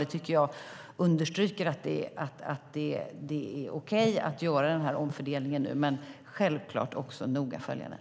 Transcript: Det tycker jag understryker att det är okej att göra den här omfördelningen, men vi ska självklart noga följa den.